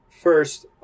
First